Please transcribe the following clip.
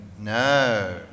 No